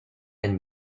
and